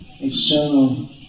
external